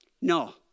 No